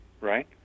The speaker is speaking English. right